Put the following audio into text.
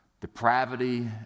depravity